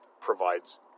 provides